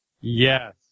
Yes